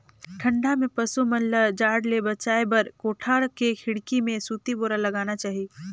ठंडा में पसु मन ल जाड़ ले बचाये बर कोठा के खिड़की में सूती बोरा लगाना चाही